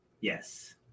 Yes